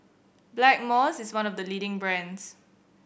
Blackmores is one of the leading brands